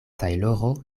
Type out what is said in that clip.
tajloro